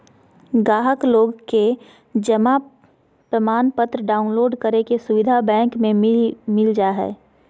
गाहक लोग के जमा प्रमाणपत्र डाउनलोड करे के सुविधा बैंक मे भी मिल जा हय